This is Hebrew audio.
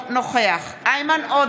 נגד איימן עודה,